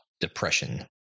depression